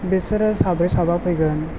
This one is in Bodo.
बिसोरो साब्रै साबा फैगोन